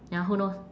ya who knows